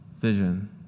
vision